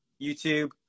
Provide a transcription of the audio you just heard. youtube